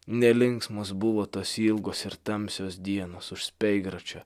nelinksmos buvo tos ilgos ir tamsios dienos už speigračio